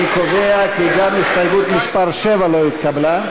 אני קובע כי גם הסתייגות מס' 7 לא התקבלה.